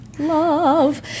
Love